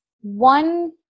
one